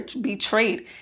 betrayed